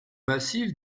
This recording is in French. massif